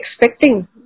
expecting